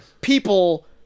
people